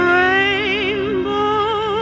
rainbow